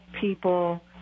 people